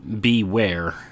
beware